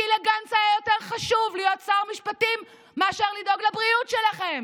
כי לגנץ היה יותר חשוב להיות שר משפטים מאשר לדאוג לבריאות שלכם.